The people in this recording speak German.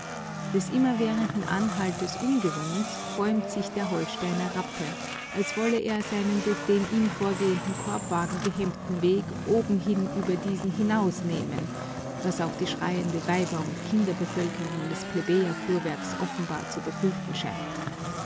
des immerwährenden anhaltens ungewohnt bäumt sich der holsteiner rappe als wollte er seinen durch den ihm vorgehenden korbwagen gehemmten weg obenhin über diesen hinaus nehmen was auch die schreiende weiber und kinderbevölkerung des plebejer fuhrwerks offenbar zu befürchten scheint